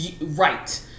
right